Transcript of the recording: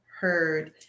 Heard